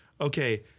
okay